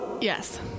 yes